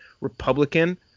Republican